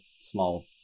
small